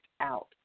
out